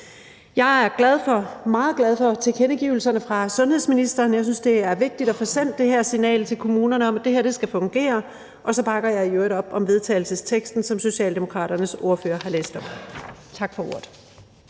Jeg er meget glad for tilkendegivelserne fra sundhedsministeren. Jeg synes, det er vigtigt at få sendt det her signal til kommunerne om, at det her skal fungere, og så bakker jeg i øvrigt op om den vedtagelsestekst, som Socialdemokraternes ordfører har læst op. Tak for ordet.